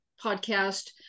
podcast